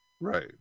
Right